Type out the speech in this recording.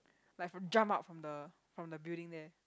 like from jump out from the from the building there